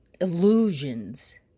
illusions